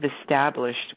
established